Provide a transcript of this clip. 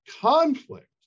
conflict